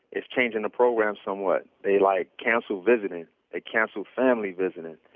it's changing the program somewhat. they like canceled visiting they canceled family visiting.